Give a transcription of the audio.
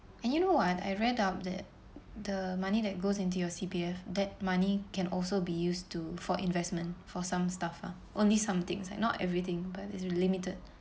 and you know what I read up that the money that goes into your C_P_F that money can also be used to for investment for some stuff ah only some things not everything but it's limited